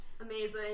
amazing